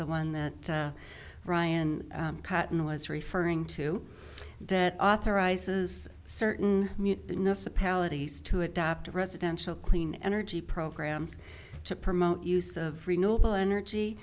the one that brian cotton was referring to that authorizes certain to adopt residential clean energy programs to promote use of renewable energy